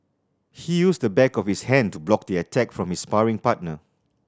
he used the back of his hand to block the attack from his sparring partner